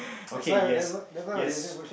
okay yes yes